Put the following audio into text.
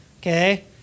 okay